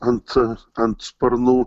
ant ant sparnų